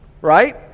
Right